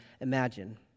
imagine